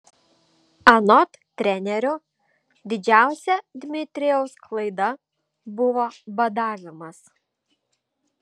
anot trenerių didžiausia dmitrijaus klaida buvo badavimas